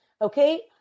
okay